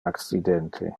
accidente